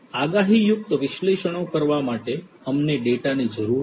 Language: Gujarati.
આગાહીયુક્ત વિશ્લેષણો કરવા માટે અમને ડેટાની જરૂર છે